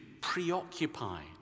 preoccupied